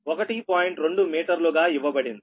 2 మీటర్లుగా ఇవ్వబడింది